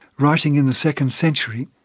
writing in the second century,